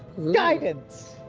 guidance!